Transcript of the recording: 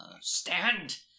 Stand